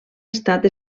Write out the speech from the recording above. estat